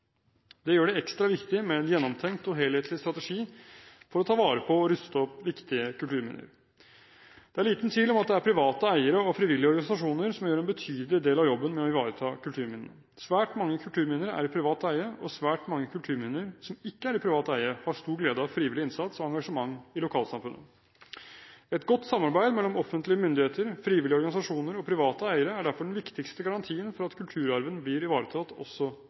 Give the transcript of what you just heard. Det gjør det ekstra viktig med en gjennomtenkt og helhetlig strategi for å ta vare på og ruste opp viktige kulturminner. Det er liten tvil om at det er private eiere og frivillige organisasjoner som gjør en betydelig del av jobben med å ivareta kulturminnene. Svært mange kulturminner er i privat eie, og svært mange kulturminner som ikke er i privat eie, har stor glede av frivillig innsats og engasjement i lokalsamfunnet. Et godt samarbeid mellom offentlige myndigheter, frivillige organisasjoner og private eiere er derfor den viktigste garantien for at kulturarven blir ivaretatt også